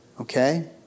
Okay